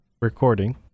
Recording